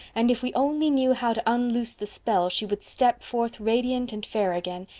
and if we only knew how to unloose the spell she would step forth radiant and fair again.